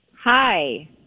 Hi